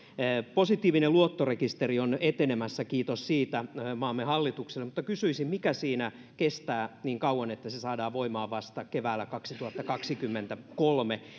positiivinen luottorekisteri on etenemässä kiitos siitä maamme hallitukselle mutta kysyisin mikä siinä kestää niin kauan että se saadaan voimaan vasta keväällä kaksituhattakaksikymmentäkolme itse asiassa